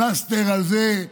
פלסטר על זה,